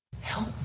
Help